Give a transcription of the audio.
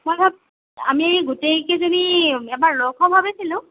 আমি গোটেই কেইজনী এবাৰ লগ হ'ম বুলি ভাবিছিলোঁ